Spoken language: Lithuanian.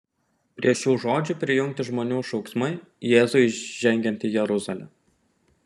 prie šių žodžių prijungti žmonių šauksmai jėzui įžengiant į jeruzalę